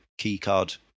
keycard